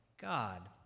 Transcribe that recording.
God